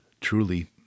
truly